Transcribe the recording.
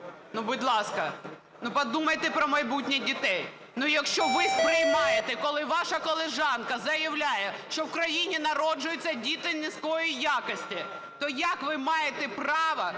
ну, будь ласка, ну, подумайте про майбутнє дітей! Ну, якщо ви сприймаєте, коли ваша колежанка заявляє, що в країні народжуються діти низької якості, то яке ви маєте право